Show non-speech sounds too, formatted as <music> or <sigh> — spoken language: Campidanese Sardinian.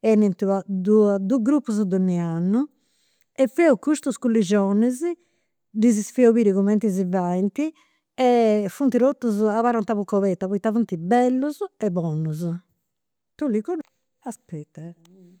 'Enint dus <hesitation> dus grupus donni' annu, e feus custus culingionis, ddis feu biri cumenti si faint e funt totus, abarrant a buca oberta poita funt bellus e bonus. Tu li conosci, aspetta.